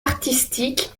artistique